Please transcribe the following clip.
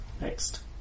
Next